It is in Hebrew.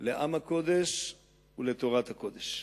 לעם הקודש ולתורת הקודש.